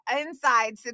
inside